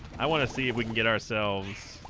i want to see if we can get ourselves